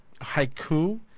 haiku